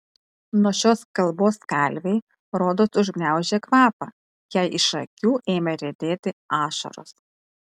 nuo šios kalbos kalvei rodos užgniaužė kvapą jai iš akių ėmė riedėti ašaros